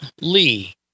Lee